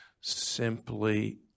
simply